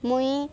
ମୁଇଁ